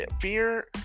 fear